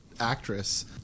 Actress